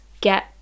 get